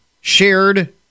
shared